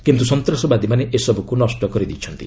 କିନ୍ତୁ ସନ୍ତାସବାଦୀମାନେ ଏ ସବୁକୁ ନଷ୍ଟ କରି ଦେଇଛନ୍ତି